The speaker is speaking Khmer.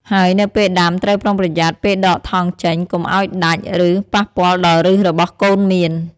ហើយនៅពេលដាំត្រូវប្រុងប្រយ័ត្នពេលដកថង់ចេញ កុំឱ្យដាច់ ឬប៉ះពាល់ដល់ឫសរបស់កូនមៀន។